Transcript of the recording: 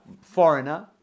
foreigner